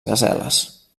gaseles